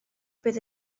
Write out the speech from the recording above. bydd